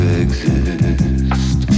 exist